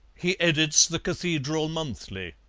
he edits the cathedral monthly,